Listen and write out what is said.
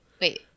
wait